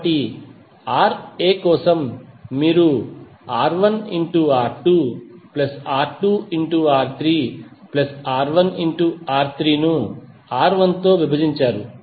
కాబట్టి Ra కోసం మీరు R1R2R2R3R1R3ను R1 తో విభజించారు